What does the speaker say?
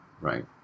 Right